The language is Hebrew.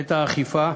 את האכיפה,